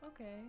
Okay